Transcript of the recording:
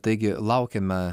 taigi laukiame